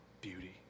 beauty